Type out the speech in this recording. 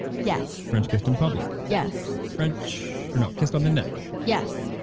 yes. french kissed in public? yes. french, no kissed on the neck? yes.